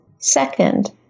Second